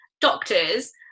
doctors